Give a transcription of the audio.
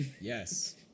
yes